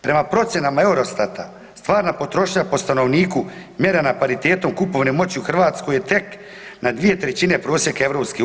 Prema procjenama Eurostata stvarna potrošnja po stanovniku mjerena paritetom kupovne moći u Hrvatskoj je tek na 2/3 prosjeka EU.